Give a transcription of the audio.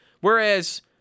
Whereas